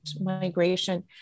migration